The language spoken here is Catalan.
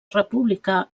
republicà